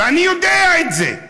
ואני יודע את זה.